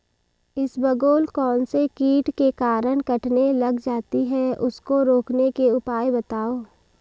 इसबगोल कौनसे कीट के कारण कटने लग जाती है उसको रोकने के उपाय बताओ?